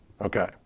Okay